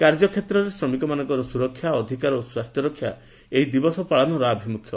କାର୍ଯ୍ୟକ୍ଷେତ୍ରରେ ଶ୍ରମିକମାନଙ୍କର ସୁରକ୍ଷା ଅଧିକାର ଓ ସ୍ୱାସ୍ଥ୍ୟ ରକ୍ଷା ଏହି ଦିବସ ପାଳନର ଆଭିମୁଖ୍ୟ